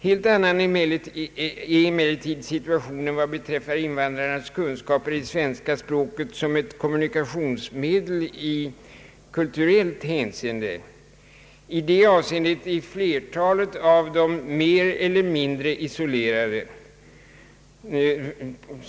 Helt annorlunda är emellertid situationen beträffande invandrarnas kunskaper i svenska språket som ett kommunikationsmedel i kulturellt hänseende. I det avseendet är flertalet av dem mer eiler mindre isolerade.